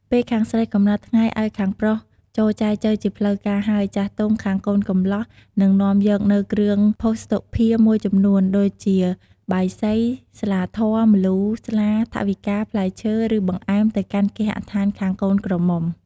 ពេលខាងស្រីកំណត់ថ្ងៃឲ្យខាងប្រុសចូលចែចូវជាផ្លូវការហើយ ចាស់ទុំខាងកូនកំលោះនឹងនាំយកនូវគ្រឿងភស្តុភារមួយចំនួន ដូចជា បាយសី ស្លាធម៌ ម្លូ ស្លា ថវិកា ផ្លែឈើ ឬ បង្អែម ទៅកាន់គេហដ្ឋានខាងកូនក្រមុំ។